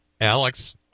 Alex